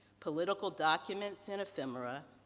political documents and affirmera,